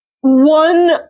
One